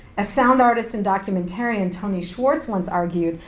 as sound artist and documentarian tony schwartz once argued,